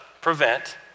prevent